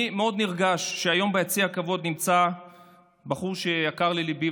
אני מאוד נרגש שהיום ביציע הכבוד נמצא בחור שיקר לליבי,